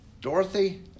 Dorothy